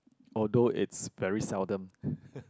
although it's very seldom